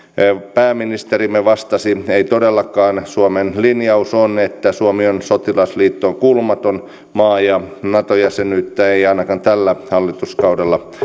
pääministerimme vastasi ei todellakaan suomen linjaus on että suomi on sotilasliittoon kuulumaton maa ja nato jäsenyyttä ei ainakaan tällä hallituskaudella